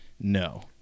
No